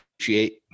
appreciate